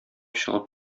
чыгып